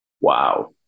Wow